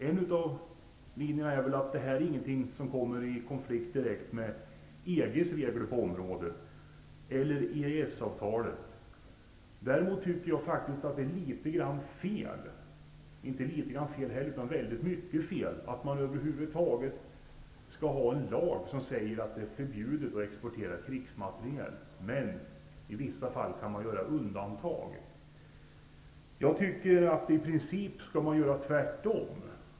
En linje i den är att lagen inte skall innehålla någonting som kommer i konflikt med EG:s regler på området eller med EES-avtalet. Däremot tycker jag att det är fel -- inte litet grand fel utan väldigt mycket fel -- att man över huvud taget skall ha en lag som säger att det är förbjudet att exportera krigsmateriel men att det i vissa fall kan göras undantag. Jag tycker att det i princip skall vara tvärtom.